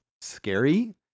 scary